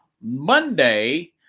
Monday